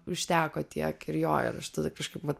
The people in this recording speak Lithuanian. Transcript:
užteko tiek ir jo ir aš tada kažkaip vat